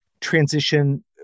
transition